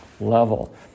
level